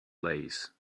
lace